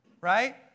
right